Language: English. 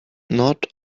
not